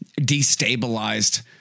destabilized